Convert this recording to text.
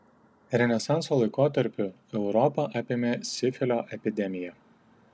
renesanso laikotarpiu europą apėmė sifilio epidemija